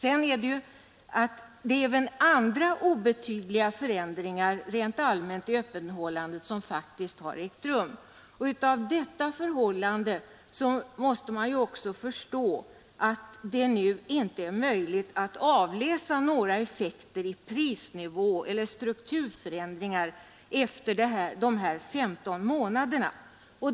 I övrigt har det endast blivit obetydliga förändringar rent allmänt i öppethållandet, Mot den bakgrunden måste man förstå att det inte är möjligt att avläsa några effekter i fråga om prisnivå eller strukturförändringar efter de här 15 månaderna.